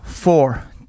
Four